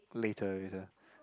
later later